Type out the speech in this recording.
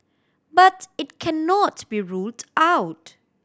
but it cannot be ruled out